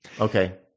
Okay